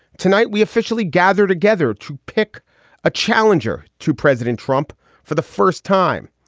tonight, we officially gather together to pick a challenger to president trump for the first time.